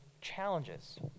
challenges